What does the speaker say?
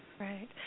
Right